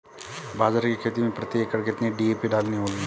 बाजरे की खेती में प्रति एकड़ कितनी डी.ए.पी डालनी होगी?